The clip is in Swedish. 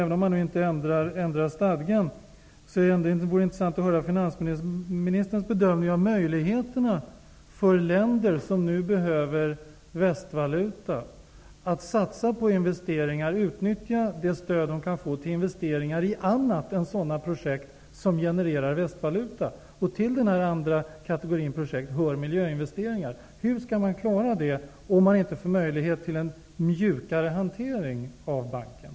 Även om man inte ändrar i stadgan vore det intressant att få höra finansministerns bedömning av möjligheterna för länder som nu behöver västvaluta att satsa på investeringar och utnyttja det stöd de kan få till investeringar i andra projekt än sådana som genererar västvaluta. Till den andra kategorin projekt hör miljöinvesteringar. Hur skall man klara detta om man inte får möjlighet till en mjukare hantering av banken?